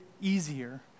easier